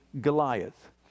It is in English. Goliath